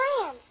plan